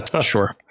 Sure